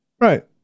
Right